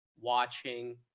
watching